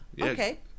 okay